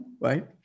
Right